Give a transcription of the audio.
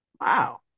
Wow